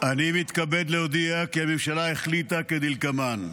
אני מתכבד להודיע כי הממשלה החליטה כדלקמן: